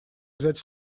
взять